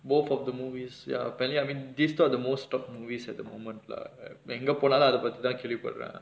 both of the movies ya apparently I mean this not the most top movies at the moment lah right எங்க போனாலும் அத பத்திதா கேள்வி படுற:enga ponaalum atha pathithaa kelvi padura